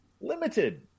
limited